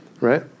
Right